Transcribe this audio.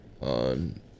on